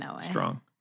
strong